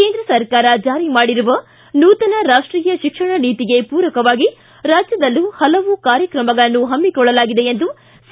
ಕೇಂದ್ರ ಸರ್ಕಾರ ಜಾರಿ ಮಾಡಿರುವ ನೂತನ ರಾಷ್ಟೀಯ ಶಿಕ್ಷಣ ನೀತಿಗೆ ಪೂರಕವಾಗಿ ರಾಜ್ಯದಲ್ಲೂ ಪಲವು ಕಾರ್ಯಕ್ರಮಗಳನ್ನು ಹಮ್ಮಿಕೊಳ್ಳಲಾಗಿದೆ ಎಂದು ಸಿ